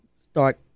start